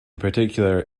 particular